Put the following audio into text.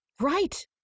Right